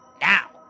Now